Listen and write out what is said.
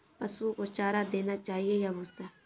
पशुओं को चारा देना चाहिए या भूसा?